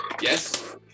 Yes